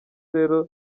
rero